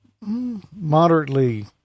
moderately